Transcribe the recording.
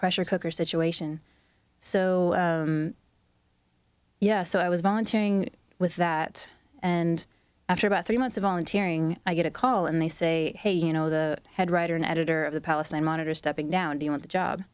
pressure cooker situation so yes so i was volunteering with that and after about three months of volunteer i get a call and they say hey you know the head writer and editor of the palestine monitor stepping down do you want the job